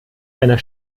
einer